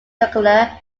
circular